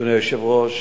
אדוני היושב-ראש,